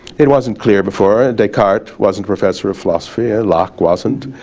it wasn't clear before, descartes wasn't professor of philosophy ah locke wasn't,